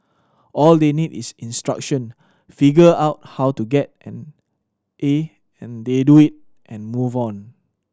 all they need is instruction figure out how to get an A and they do it and move on